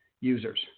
users